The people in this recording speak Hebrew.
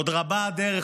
עוד רבה הדרך,